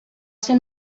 ser